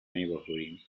neighboring